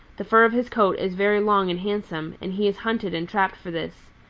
the fur of his coat is very long and handsome, and he is hunted and trapped for this.